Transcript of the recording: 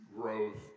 growth